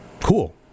cool